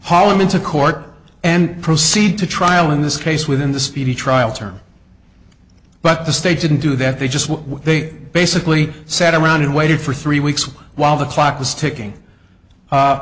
him into court and proceed to trial in this case within the speedy trial term but the state didn't do that they just what they basically sat around and waited for three weeks while the clock was ticking